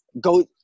go